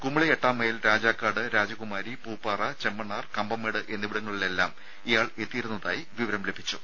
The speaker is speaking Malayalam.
കുമളി എട്ടാം മൈൽ രാജാക്കാട് രാജകുമാരി പൂപ്പാറ ചെമ്മണ്ണാർ കമ്പംമേട് എന്നിവിടങ്ങളിലെല്ലാം ഇയാൾ എത്തിയിരുന്നതായി വിവരം ലഭിച്ചു